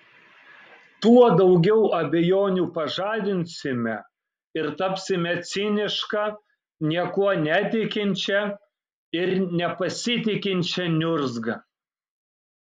tuo daugiau abejonių pažadinsime ir tapsime ciniška niekuo netikinčia ir nepasitikinčia niurzga